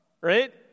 Right